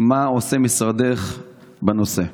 מה עושה משרדך בנושא?